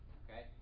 okay